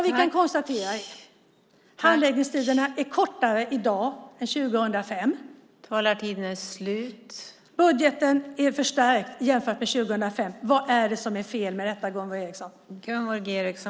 Vi kan konstatera att handläggningstiderna i dag är kortare än år 2005, och budgeten är förstärkt jämfört med år 2005. Vad är det för fel med detta, Gunvor G Ericson?